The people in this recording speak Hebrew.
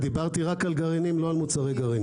דיברתי רק על גרעינים, לא על מוצרי גרעינים.